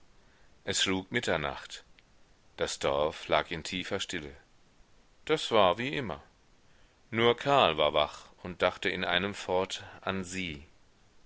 es schlug mitternacht das dorf lag in tiefer stille das war wie immer nur karl war wach und dachte in einem fort an sie